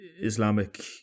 Islamic